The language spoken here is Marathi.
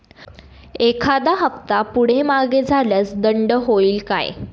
एखादा हफ्ता पुढे मागे झाल्यास दंड होईल काय?